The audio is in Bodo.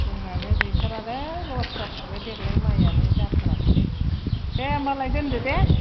जोंनानो गैथारा लस जाथारबाय देग्लाय माइआनो जाथाराखिसै दे होमब्लालाय दोन्दो दे